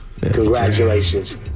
Congratulations